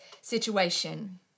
situation